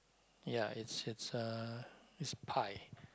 ya it's it's a it's a pie